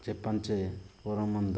ଯେ ପାଞ୍ଚେ ପର ମନ୍ଦ